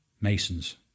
Masons